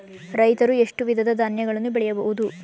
ರೈತರು ಎಷ್ಟು ವಿಧದ ಧಾನ್ಯಗಳನ್ನು ಬೆಳೆಯಬಹುದು?